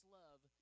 love